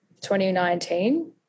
2019